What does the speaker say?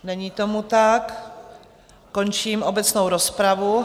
Není tomu tak, končím obecnou rozpravu.